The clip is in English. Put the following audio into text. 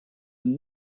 and